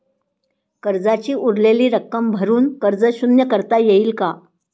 कर्जाची उरलेली रक्कम भरून कर्ज शून्य करता येईल का?